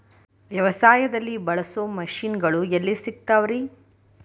ವ್ಯವಸಾಯದಲ್ಲಿ ಬಳಸೋ ಮಿಷನ್ ಗಳು ಎಲ್ಲಿ ಸಿಗ್ತಾವ್ ರೇ?